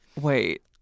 Wait